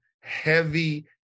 heavy